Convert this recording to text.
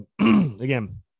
again